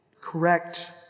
correct